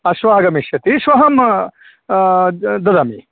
हा श्वः आगमिष्यति श्वः ददामि